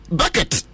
bucket